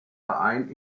verein